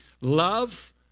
love